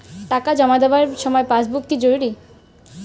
টাকা জমা দেবার সময় পাসবুক কি জরুরি?